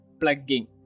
plugging